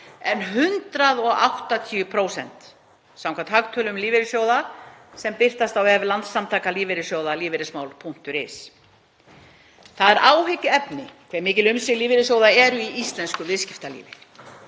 en 180% samkvæmt hagtölum lífeyrissjóða sem birtast á vef Landssamtaka lífeyrissjóða, lífeyrismál.is. Það er áhyggjuefni hve mikil umsvif lífeyrissjóða eru í íslensku viðskiptalífi.